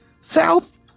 south